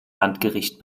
landgericht